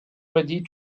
ready